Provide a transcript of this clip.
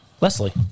Leslie